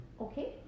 Okay